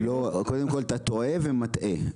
קודם כל, אתה טועה ומטעה.